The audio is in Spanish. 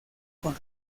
con